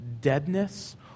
deadness